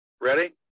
Ready